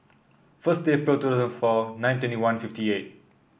first April two thousand four nine twenty one fifty eight